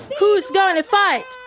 who is going to fight?